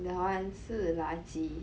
那万事是垃圾